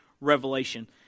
revelation